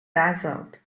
dazzled